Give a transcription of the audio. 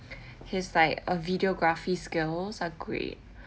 his like uh videography skills are great